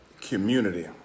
community